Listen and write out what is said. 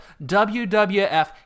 WWF